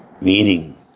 meaning